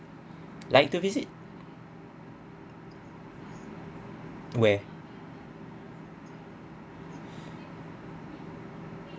like to visit where